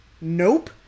Nope